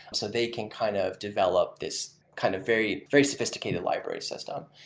so they can kind of develop this kind of very very sophisticated library system.